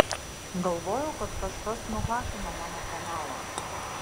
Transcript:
galvojau kad kažkas nuhakino mano kanalą